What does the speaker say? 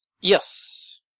Yes